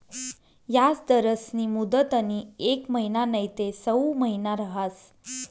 याजदरस्नी मुदतनी येक महिना नैते सऊ महिना रहास